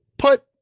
Put